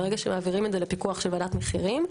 ברגע שמעבירים את זה לפיקוח של ועדת מחירים,